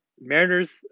Mariners